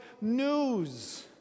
news